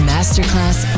Masterclass